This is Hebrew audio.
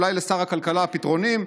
אולי לשר הכלכלה הפתרונים.